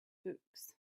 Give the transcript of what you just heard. books